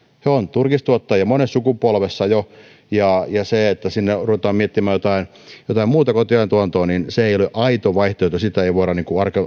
he ovat turkistuottajia jo monessa sukupolvessa ja se että sinne ruvetaan miettimään jotain jotain muuta kotieläintuotantoa ei ole aito vaihtoehto sitä ei voida